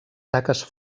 taques